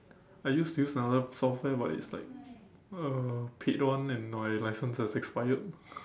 I used to use another software but it's like a paid one and my license has expired